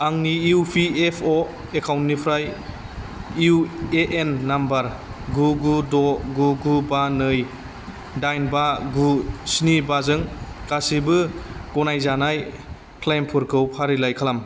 आंनि E P F अ' एकाउन्टनिफ्राय इउ ए एन नम्बर गु गु द' गु गु बा नै दाइन बा गु स्नि बा जों गासिबो गनायजानाय क्लेइमफोरखौ फारिलाइ खालाम